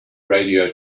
radio